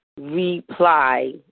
reply